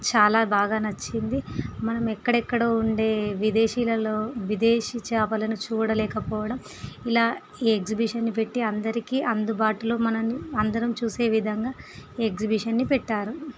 చాలా బాగా నచ్చింది మనం ఎక్కడెక్కడ ఉండే విదేశీలలో విదేశీ చేపలను చూడలేకపోవడం ఇలా ఈ ఎగ్జిబీషన్ని పెట్టి అందరికి అందుబాటులో మనం అందరం చూసే విధంగా ఎగ్జిబిషన్ని పెట్టారు